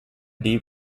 deep